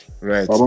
Right